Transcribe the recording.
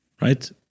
right